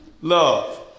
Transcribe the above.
Love